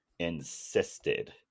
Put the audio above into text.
insisted